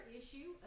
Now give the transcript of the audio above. issue